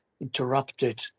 interrupted